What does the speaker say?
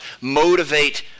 motivate